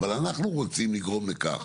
אבל, אנחנו רוצים לגרום לכך,